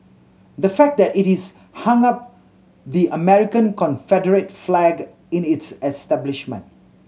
the fact that it is hung up the American Confederate flag in its establishment